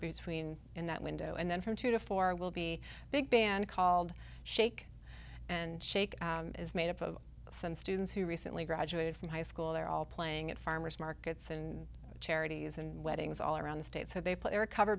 between in that window and then from two to four will be a big band called shake and shake is made up of some students who recently graduated from high school they're all playing at farmer's markets and charities and weddings all around the state so they p